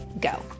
go